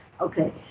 Okay